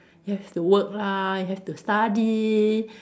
have to work lah have to study